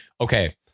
okay